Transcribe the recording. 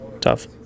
tough